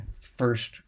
first